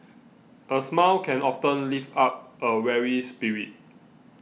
a smile can often lift up a weary spirit